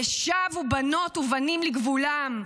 ושבו בנות ובנים לגבולם: